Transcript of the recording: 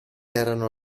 erano